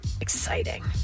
Exciting